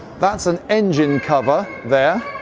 that's an engine cover there.